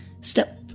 step